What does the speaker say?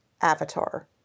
avatar